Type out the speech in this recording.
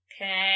Okay